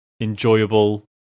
enjoyable